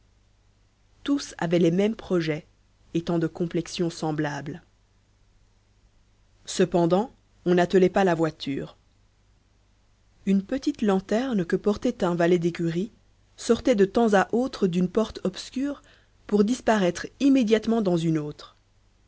tous avaient les mêmes projets étant de complexion semblable cependant on n'attelait pas la voiture une petite lanterne que portait un valet d'écurie sortait de temps à autre d'une porte obscure pour disparaître immédiatement dans une autre